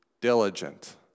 diligent